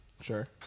Sure